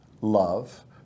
love